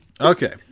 Okay